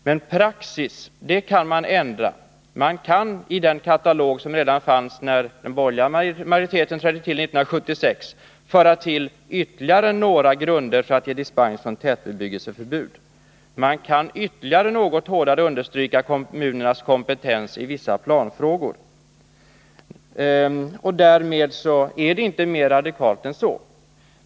Men praxis kan man ändra. Man kan i den katalog som fanns redan när den borgerliga regeringen trädde till 1976 föra in ytterligare några grunder för att ge dispens från tätbebyggelseförbud. Man kan ytterligare något hårdare understryka kommunernas kompetens i vissa planfrågor. Det är inte mera radikalt än så.